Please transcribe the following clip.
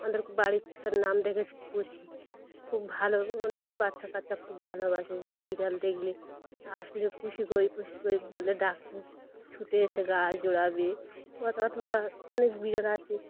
আমাদের বাড়ির তার নাম ডেকেেছে পুশি খুব ভালো আমাদের বাচ্চা কাচ্চা খুব ভালোবাসে বিড়াল দেখলে আসলে পুশি কই পুশি কই বলে ডাকলে ছুটে এসে গায়ে জড়াবে অথবা অনেক বিড়াল আছে